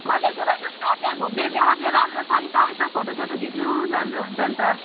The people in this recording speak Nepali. गजलडुब्बा जाउँ न त्यहाँ घुम्ने जग्गा चाहिँ राम्रो छ नि त यसो फोटोसोटो खिच्नु राम्रो हुन्छ नि त